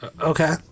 Okay